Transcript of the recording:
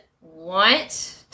want